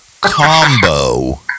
combo